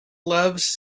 loves